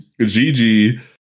Gigi